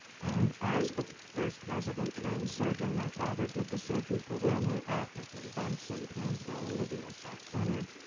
and as the first resident trained surgeon, my father did the surgery for willmar, appleton, benson, paynesville, olivia, sauk center.